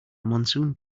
monsoon